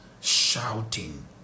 shouting